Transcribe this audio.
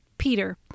Peter